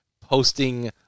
posting